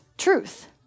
truth